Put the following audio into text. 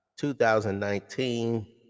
2019